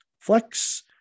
flex